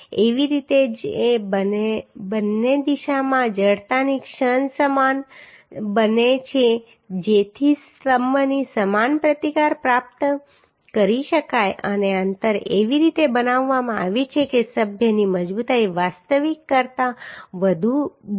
એવી રીતે જે બંને દિશામાં જડતાની ક્ષણ સમાન બને છે જેથી સ્તંભની સમાન પ્રતિકાર પ્રાપ્ત કરી શકાય અને અંતર એવી રીતે બનાવવામાં આવ્યું છે કે સભ્યની મજબૂતાઈ વાસ્તવિક કરતાં વધુ બને